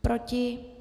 Proti?